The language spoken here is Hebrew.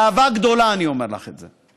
באהבה גדולה אני אומר לך את זה.